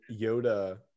Yoda